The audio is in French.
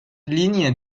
ligne